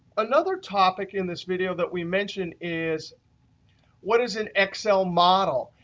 another topic in this video that we mentioned is what is an excel model.